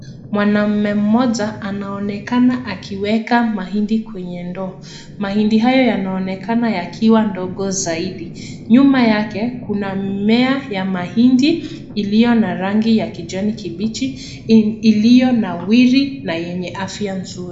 Mwanamume mmoja anaonekana akiweka mahindi kwenye ndoo. Mahindi hayo yanaonekana yakiwa ndogo zaidi. Nyuma yake kuna mimea ya mahindi, iliyo na rangi ya kijani kibichi. Iliyo nawiri na yenye afya nzuri.